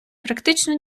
практично